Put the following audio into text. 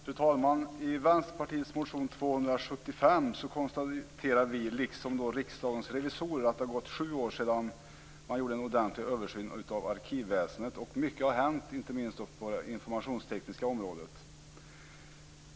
Fru talman! I Vänsterpartiets motion 275 konstaterar vi, liksom Riksdagens revisorer har gjort, att det har gått sju år sedan man gjorde en ordentlig översyn av arkivväsendet. Och mycket har hänt, inte minst på det informationstekniska området.